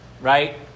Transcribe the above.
right